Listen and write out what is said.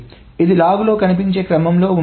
ఇది లాగ్లో కనిపించే క్రమంలో ఉంటుంది